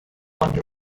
wander